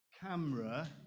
camera